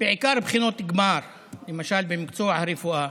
בעיקר בחינות גמר, למשל במקצוע הרפואה.